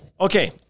Okay